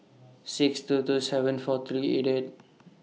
six two two seven four three eight eight